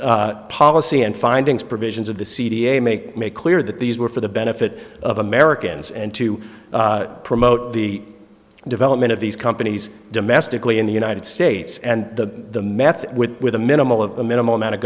policy and findings provisions of the c d a make make clear that these were for the benefit of americans and to promote the development of these companies domestically in the united states and the method with a minimal of a minimal amount of